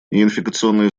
неинфекционные